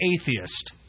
atheist